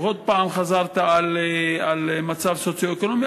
ועוד פעם חזרת על מצב סוציו-אקונומי,